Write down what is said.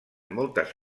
moltes